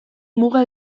muga